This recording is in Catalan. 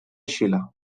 xile